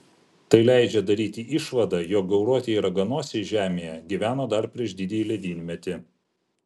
tai leidžia daryti išvadą jog gauruotieji raganosiai žemėje gyveno dar prieš didįjį ledynmetį